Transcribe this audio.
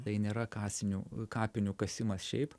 tai nėra kasinių kapinių kasimas šiaip